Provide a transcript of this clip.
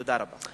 תודה רבה.